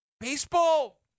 baseball